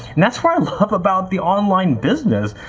and that's what i love about the online business,